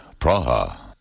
Praha